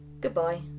Goodbye